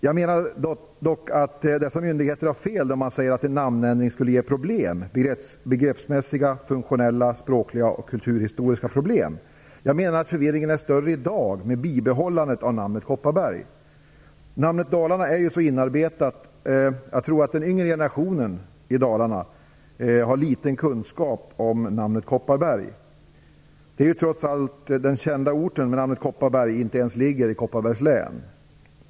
Jag menar dock att dessa myndigheter har fel när de säger att en namnändring skulle ge begreppsmässiga, funktionella, språkliga och kulturhistoriska problem. Jag menar att förvirringen är större i dag med bibehållandet av namnet Kopparberg. Namnet Dalarna är så inarbetat. Jag tror att den yngre generationen i Dalarna har liten kunskap om namnet Kopparberg. Det är ju trots allt så att den kända orten med namnet Kopparberg inte ens ligger i Kopparbergs län.